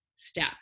step